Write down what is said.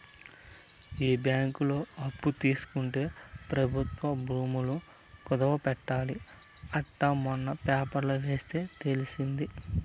ఈ బ్యాంకులో అప్పు తీసుకుంటే ప్రభుత్వ భూములు కుదవ పెట్టాలి అంట మొన్న పేపర్లో ఎస్తే తెలిసింది